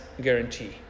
guarantee